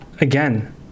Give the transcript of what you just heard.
again